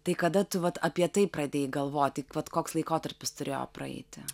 tai kada tu vat apie tai pradėjai galvoti vat koks laikotarpis turėjo praeiti